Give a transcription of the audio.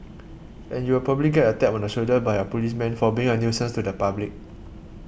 and you will probably get a tap on the shoulder by our policemen for being a nuisance to the public